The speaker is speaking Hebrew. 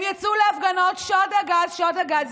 הם יצאו להפגנות: שוד הגז, שוד הגז.